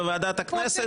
בוועדת הכנסת -- נכון,